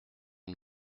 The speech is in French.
une